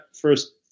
first